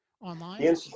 online